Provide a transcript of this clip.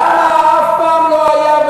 למה אף פעם לא היה,